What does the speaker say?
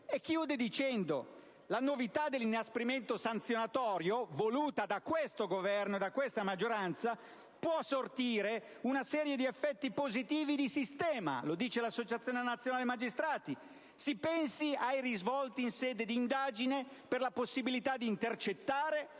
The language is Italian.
conclude dicendo che la novità dell'inasprimento sanzionatorio, voluta da questo Governo e da questa maggioranza, può sortire una serie di effetti positivi di sistema. Questo lo dice l'Associazione nazionale magistrati, che aggiunge: si pensi ai risvolti in sede di indagine per la possibilità di intercettare,